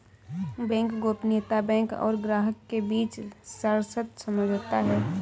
bank गोपनीयता bank और ग्राहक के बीच सशर्त समझौता है